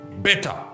better